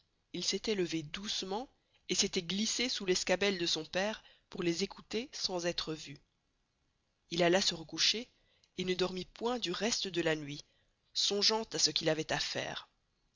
il s'estoit levé doucement et s'estoit glissé sous l'escabelle de son pere pour les écouter sans estre vû il alla se recoucher et ne dormit point le reste de la nuit songeant à ce qu'il avoit à faire